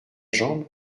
jambe